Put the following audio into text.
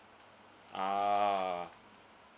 ah